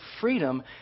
freedom